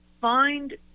find